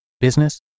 business